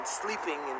sleeping